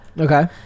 Okay